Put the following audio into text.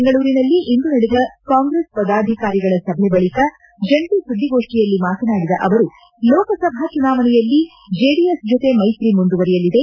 ಬೆಂಗಳೂರಿನಲ್ಲಿಂದು ನಡೆದ ಕಾಂಗ್ರೆಸ್ ಪದಾಧಿಕಾರಿಗಳ ಸಭೆ ಬಳಕ ಜಂಟಿ ಸುದ್ದಿಗೋಷ್ಠಿಯಲ್ಲಿ ಮಾತನಾಡಿದ ಅವರು ಲೋಕಸಭಾ ಚುನಾವಣೆಯಲ್ಲಿ ಜೆಡಿಎಸ್ ಜೊತೆ ಮೈತ್ರಿ ಮುಂದುವರಿಯಲಿದೆ